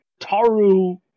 Taru